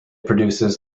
produces